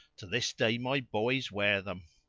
to this day my boys wear them.